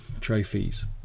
trophies